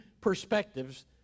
perspectives